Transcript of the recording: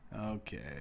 okay